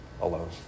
alone